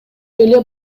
эле